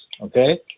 okay